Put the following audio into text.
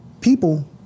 people